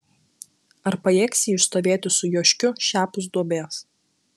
ar pajėgs ji išstovėti su joškiu šiapus duobės